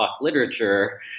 literature